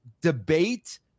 debate